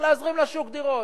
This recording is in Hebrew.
אתה צריך להזרים לשוק דירות.